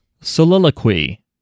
Soliloquy